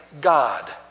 God